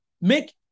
make